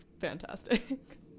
fantastic